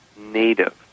native